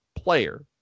player